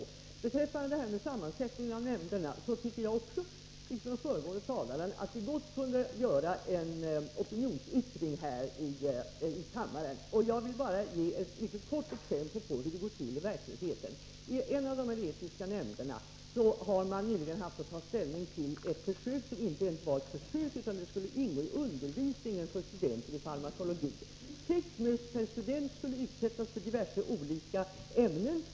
Vad beträffar sammansättningen av nämnderna tycker jag också liksom den föregående talaren att vi gott kunde göra en opinionsyttring här i kammaren. Jag vill bara ge ett mycket kort exempel på hur det går till i verkligheten. I en av de etiska nämnderna har man nyligen haft att ta ställning till ett försök, som inte ens var ett försök utan skulle ingå i undervisningen för studenter i farmakologi. Sex möss per student skulle utsättas för olika ämnen.